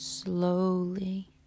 Slowly